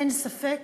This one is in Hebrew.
אין ספק